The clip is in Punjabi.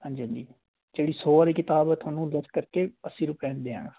ਹਾਂਜੀ ਹਾਂਜੀ ਜਿਹੜੀ ਸੌ ਵਾਲੀ ਕਿਤਾਬ ਉਹ ਤੁਹਾਨੂੰ ਲੈਸ ਕਰਕੇ ਅੱਸੀ ਰੁਪਇਆ ਦੀ ਦਿਆਂਗਾ